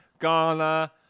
Gala